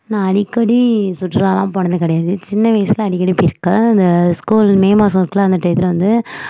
நான் அடிக்கடி சுற்றுலாலாம் போனது கிடையாது சின்ன வயசில் அடிக்கடி போயிருக்கேன் அந்த ஸ்கூல் மே மாதம் இருக்கில அந்த அந்த டயத்தில் வந்து